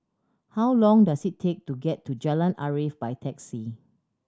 how long does it take to get to Jalan Arif by taxi